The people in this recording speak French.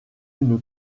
une